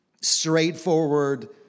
straightforward